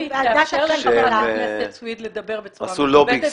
מיקי, תאפשר לחברת הכנסת סויד לדבר בצורה מכובדת.